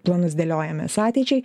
planus dėliojamės ateičiai